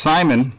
Simon